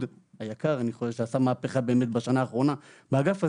היקר שעשה מהפכה באמת בשנה האחרונה באגף הזה,